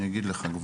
אני כבר אגיד לך.